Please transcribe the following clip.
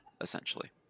essentially